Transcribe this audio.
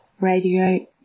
Radio